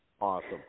Awesome